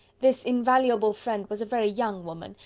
this invaluable friend was a very young woman,